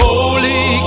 Holy